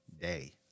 day